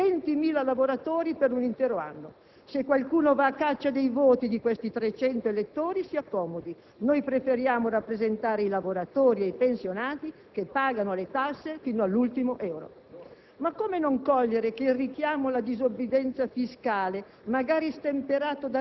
300 persone che devono al fisco l'equivalente della retribuzione di 20.000 lavoratori per un intero anno. Se qualcuno va a caccia dei voti di quei 300 elettori si accomodi, noi preferiamo rappresentare i lavoratori e i pensionati, che pagano le tasse fino all'ultimo euro.